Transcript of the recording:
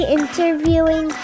interviewing